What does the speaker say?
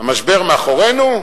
המשבר מאחורינו?